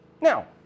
Now